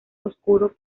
oscuro